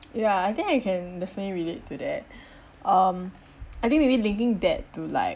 ya I think I can definitely relate to that um I think maybe linking that to like